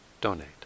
donate